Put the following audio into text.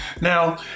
Now